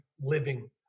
living